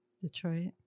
Detroit